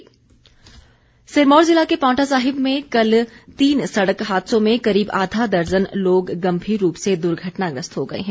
दुर्घटना सिरमौर जिला के पांवटा साहिब में कल तीन सड़क हादसों में करीब आधा दर्जन लोग गंभीर रूप से द्र्घटनाग्रस्त हो गए हैं